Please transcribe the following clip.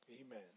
Amen